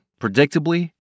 predictably